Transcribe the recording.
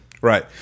right